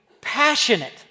passionate